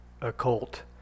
occult